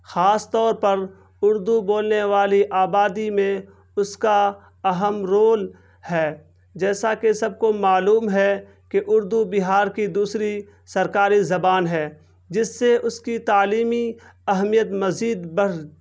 خاص طور پر اردو بولنے والی آبادی میں اس کا اہم رول ہے جیسا کہ سب کو معلوم ہے کہ اردو بہار کی دوسری سرکاری زبان ہے جس سے اس کی تعلیمی اہمیت مزید بڑھ